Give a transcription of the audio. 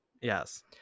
Yes